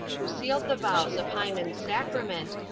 who sealed the vows of hymen's sacrament,